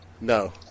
No